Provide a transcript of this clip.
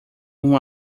uma